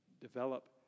Develop